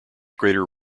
greater